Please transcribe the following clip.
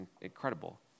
incredible